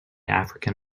african